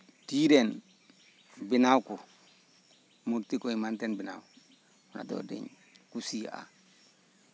ᱛᱤ ᱨᱮᱱ ᱵᱮᱱᱟᱣ ᱠᱚ ᱢᱩᱨᱛᱤ ᱠᱚ ᱮᱢᱟᱱᱛᱮᱱ ᱵᱮᱱᱟᱣ ᱚᱱᱟ ᱫᱚ ᱟᱹᱰᱤᱧ ᱠᱩᱥᱤᱭᱟᱜᱼᱟ